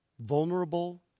vulnerable